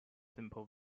simple